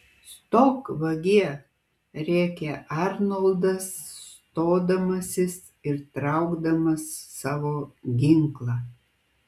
stok vagie rėkė arnoldas stodamasis ir traukdamas savo ginklą